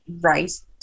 rice